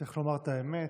צריך לומר את האמת,